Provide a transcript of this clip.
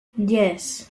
yes